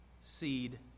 seed